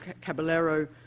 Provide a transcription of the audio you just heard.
Caballero